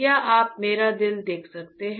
क्या आप मेरे दिल देख सकते हैं